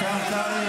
והמסכנות